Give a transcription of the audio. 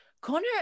Connor